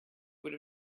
would